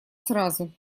сразу